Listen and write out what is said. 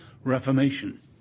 Reformation